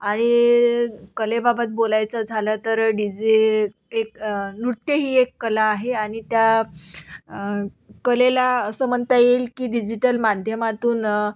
आणि कलेबाबत बोलायच झालं तर डिजे एक नृत्य ही एक कला आहे आणि त्या कलेला असं म्हणता येईल की डिजिटल माध्यमातून